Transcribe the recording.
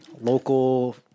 local